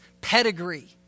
pedigree